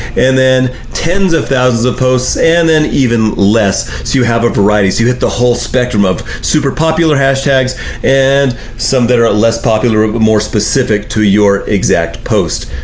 and then tens of thousands of posts and then even less, so you have a variety, so you hit the whole spectrum of super popular hashtags and some that are less popular, but more specific to your exact post.